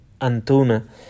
Antuna